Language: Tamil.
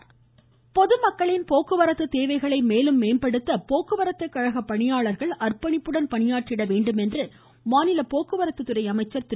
விஜயபாஸ்கர் பொதுமக்களின் போக்குவரத்து தேவைகளை மேலும் மேம்படுத்த போக்குவரத்து கழக பணியாளர்கள் அர்ப்பணிப்புடன் பணியாற்றிட வேண்டும் என்று மாநில போக்குவரத்து துறை அமைச்சர் திரு